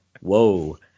whoa